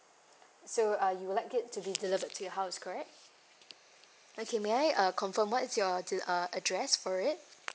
so uh you'd like it to be delivered to your house correct okay may I uh confirm what is your de~ uh address for it